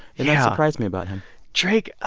yeah surprised me about him drake, ah